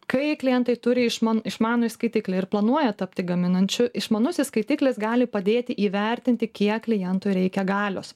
kai klientai turi išman išmanųjį skaitiklį ir planuoja tapti gaminančiu išmanusis skaitiklis gali padėti įvertinti kiek klientui reikia galios